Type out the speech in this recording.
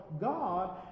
God